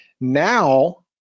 Now